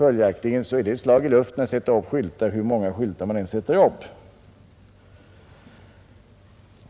Följaktligen skulle det vara ett slag i luften att sätta upp skyltar, hur många det än är.